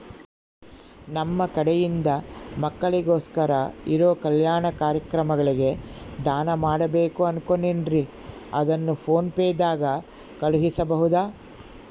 ನಮ್ಮ ಕಡೆಯಿಂದ ಮಕ್ಕಳಿಗೋಸ್ಕರ ಇರೋ ಕಲ್ಯಾಣ ಕಾರ್ಯಕ್ರಮಗಳಿಗೆ ದಾನ ಮಾಡಬೇಕು ಅನುಕೊಂಡಿನ್ರೇ ಅದನ್ನು ಪೋನ್ ಪೇ ದಾಗ ಕಳುಹಿಸಬಹುದಾ?